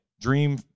Dream